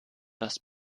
das